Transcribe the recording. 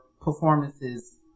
performances